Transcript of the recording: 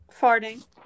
Farting